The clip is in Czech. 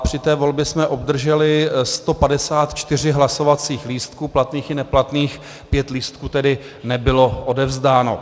Při té volbě jsme obdrželi 154 hlasovacích lístků platných i neplatných, 5 lístků tedy nebylo odevzdáno.